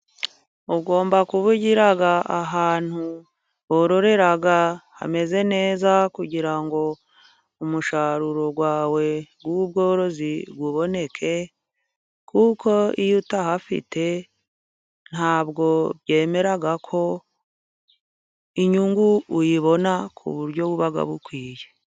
Ugomba kugira ahantu bororera hameze neza ,kugira ngo umusaruro wawe w'ubworozi uboneke. Kuko iyo utahafite ntabwo byemera ko inyungu uyibona ku buryo buba bukwiye.